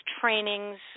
trainings